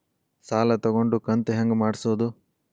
ಸಾಲ ತಗೊಂಡು ಕಂತ ಹೆಂಗ್ ಮಾಡ್ಸೋದು?